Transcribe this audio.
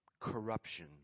corruption